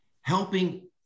helping